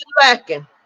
lacking